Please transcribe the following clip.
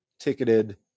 Ticketed